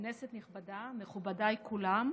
כנסת נכבדה, מכובדיי כולם,